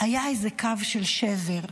היה איזה קו של שבר.